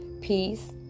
peace